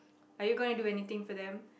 are you going to do anything for them